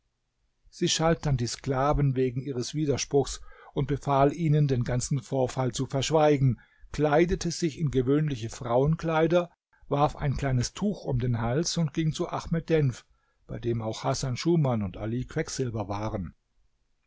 sie schalt dann die sklaven wegen ihres widerspruchs und befahl ihnen den ganzen vorfall zu verschweigen kleidete sich in gewöhnliche frauenkleider warf ein kleines tuch um den hals und ging zu ahmed denf bei dem auch hasan schuman und ali quecksilber waren